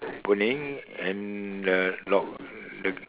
opening and the knob ah